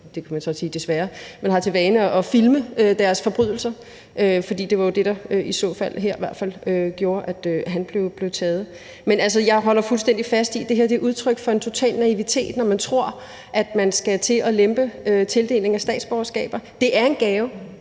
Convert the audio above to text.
jeg så også sige »desværre« – har for vane at filme deres forbrydelser, fordi det var i hvert fald det, der her gjorde, at han blev taget. Men jeg holder altså fuldstændig fast i, at det her udtryk for en total naivitet, når man tror, at man skal til at lempe tildelingen af statsborgerskaber. Det er en gave;